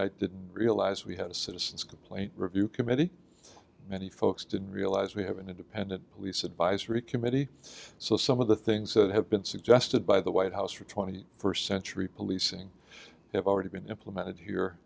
i didn't realize we had a citizens complaint review committee many folks didn't realize we have an independent police advisory committee so some of the things that have been suggested by the white house for twenty first century policing have already been implemented here